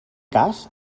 cas